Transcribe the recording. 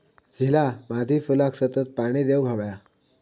झिला मादी फुलाक सतत पाणी देवक हव्या